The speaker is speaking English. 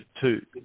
two